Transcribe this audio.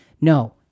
No